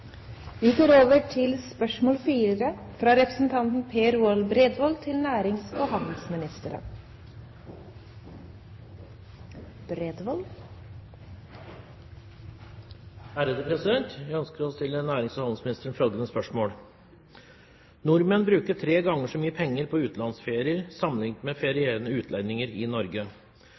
Jeg ønsker å stille nærings- og handelsministeren følgende spørsmål: «Nordmenn bruker tre ganger så mye penger på utenlandsferier sammenlignet med ferierende utlendinger i Norge.